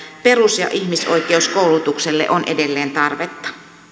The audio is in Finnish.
perus ja ihmisoikeuskoulutukselle on edelleen tarvetta